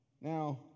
now